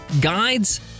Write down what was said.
guides